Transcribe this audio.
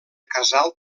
casal